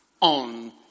On